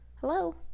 Hello